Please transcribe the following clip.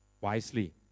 wisely